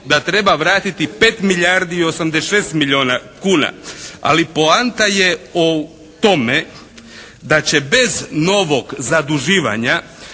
da treba vratiti 5 milijardi i 86 milijuna kuna. Ali poanta je u tome da će bez novog zaduživanja